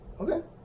Okay